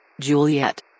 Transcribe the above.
Juliet